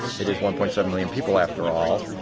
it is one point seven million people, after all.